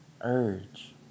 urge